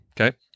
Okay